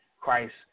Christ